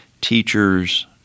teachers